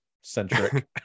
centric